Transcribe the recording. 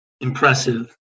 impressive